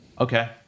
okay